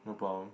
no problem